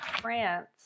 France